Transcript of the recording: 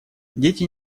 дети